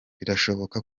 birashoboka